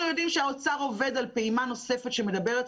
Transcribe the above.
אנחנו יודעים שהאוצר עובד על פעימה נוספת שמדברת